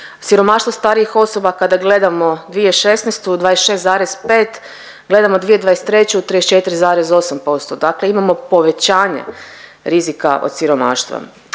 Siromaštvo starijih osoba kada gledamo 2016. 26,5, gledamo 2023. 34,8%. dakle, imamo povećanje rizika od siromaštva.